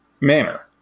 manner